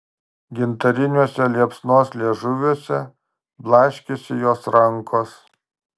gintariniuose liepsnos liežuviuose blaškėsi jos rankos